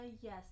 Yes